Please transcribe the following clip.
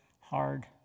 hard